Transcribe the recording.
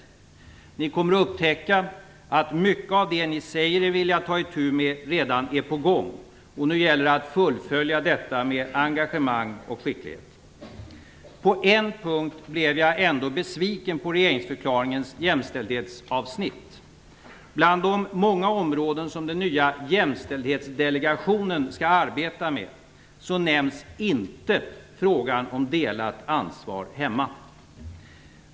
Ni kommer att upptäcka att mycket av det ni säger er vilja ta itu med redan är på gång. Nu gäller det att fullfölja detta med engagemang och skicklighet. På en punkt blev jag ändå besviken på regeringsförklaringens jämställdhetsavsnitt. Bland de många områden som den nya jämställdhetsdelegationen skall arbeta med nämns inte frågan om delat ansvar i hemmen.